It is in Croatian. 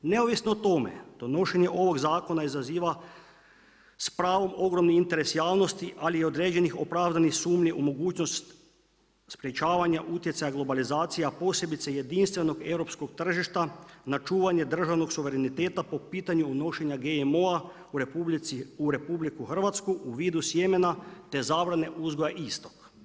Neovisno o tome, donošenje ovog zakona izaziva s pravom ogromni interes javnosti ali i određenih opravdanih sumnji u mogućnost sprečavanja utjecaja globalizacija posebice jedinstvenog europskog tržišta na čuvanje državnog suvereniteta po pitanju unošenja GMO-a u RH, u vidu sjemena te zabrane uzgoja istog.